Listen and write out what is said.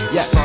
Yes